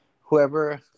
whoever